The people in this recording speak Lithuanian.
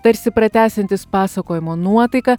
tarsi pratęsiantys pasakojimo nuotaiką